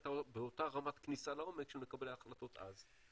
הייתה באותה רמת כניסה לעומק של מקבלי ההחלטות אז.